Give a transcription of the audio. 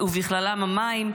ובכללן המים,